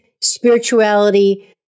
spirituality